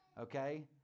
Okay